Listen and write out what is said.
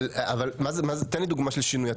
תן לי דוגמה לשינוי.